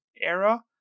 era